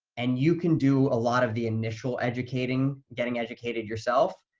and you can do a lot of the initial educating, getting educated yourself,